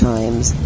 Times